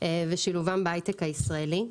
ושילובם בהיי-טק הישראלי.